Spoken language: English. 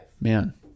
Man